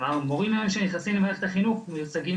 כלומר מורים שנכנסים למערכת החינוך מיוצגים